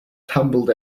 tumbled